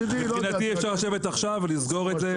מבחינתי אפשר לשבת עכשיו ולסגור את זה ולהתקדם.